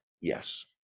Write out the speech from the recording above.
Yes